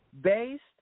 based